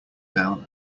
down